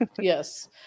Yes